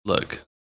look